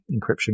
encryption